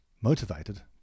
motivated